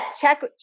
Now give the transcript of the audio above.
check